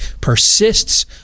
persists